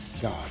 god